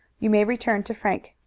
you may return to frank.